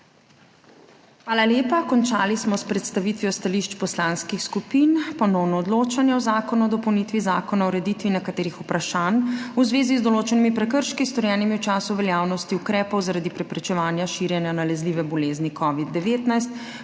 Hvala lepa. Končali smo s predstavitvijo stališč poslanskih skupin. Ponovno odločanje o Zakonu o dopolnitvi Zakona o ureditvi nekaterih vprašanj v zvezi z določenimi prekrški, storjenimi v času veljavnosti ukrepov zaradi preprečevanja širjenja nalezljive bolezni COVID-19,